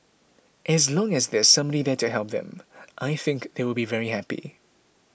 as long as there's somebody there to help them I think they will be very happy